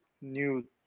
new